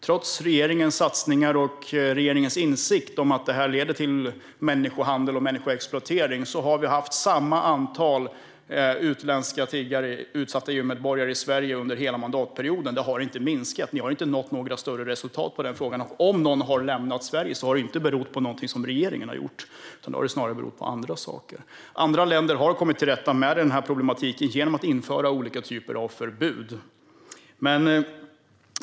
Trots regeringens satsningar och insikt om att det leder till människohandel och människoexploatering har vi haft samma antal utländska tiggare, utsatta EU-medborgare, i Sverige under hela mandatperioden. Det har inte minskat. Ni har inte nått några större resultat i den frågan, och om någon har lämnat Sverige har det inte berott på någonting som regeringen har gjort utan snarare på andra saker. Andra länder har kommit till rätta med den här problematiken genom att införa olika typer av förbud.